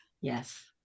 Yes